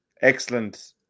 excellent